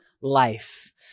Life